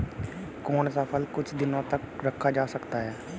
कौन सा फल कुछ दिनों तक रखा जा सकता है?